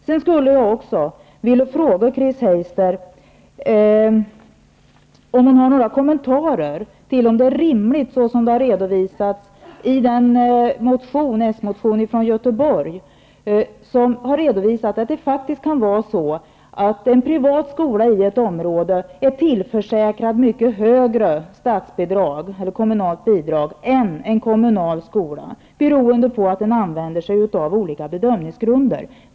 Sedan skulle jag vilja fråga Chris Heister om hon har någon kommentar i fråga om det är rimligt, såsom har redovisats i en socialdemokratisk motion från Göteborg, att en privat skola i ett område är tillförsäkrad mycket högre kommunalt bidrag än en kommunal skola, beroende på att den använder andra bedömningsgrunder.